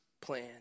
plan